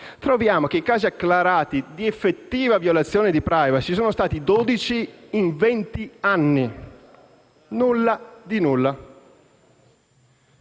troviamo che i casi acclarati di effettiva violazione di *privacy* sono stati dodici in venti anni: nulla di nulla.